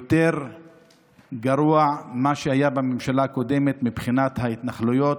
יותר גרוע ממה שהיה בממשלה הקודמת מבחינת ההתנחלויות,